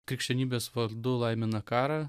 krikščionybės vardu laimina karą